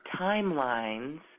timelines